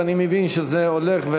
ואני מבין שזה הולך,